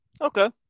Okay